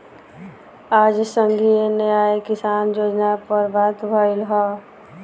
आज संघीय न्याय किसान योजना पर बात भईल ह